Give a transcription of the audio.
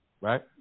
Right